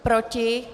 Proti?